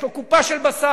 יש לו קופה של בשר.